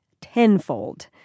tenfold